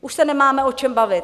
Už se nemáme o čem bavit.